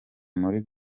muri